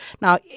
Now